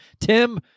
Tim